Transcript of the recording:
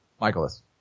Michaelis